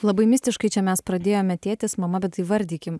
labai mistiškai čia mes pradėjome tėtis mama bet įvardykim